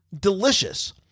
delicious